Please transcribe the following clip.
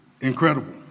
incredible